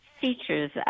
features